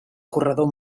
corredor